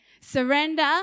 surrender